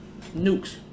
nukes